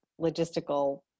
logistical